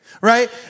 right